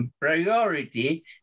priority